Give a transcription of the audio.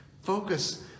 Focus